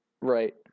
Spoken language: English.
right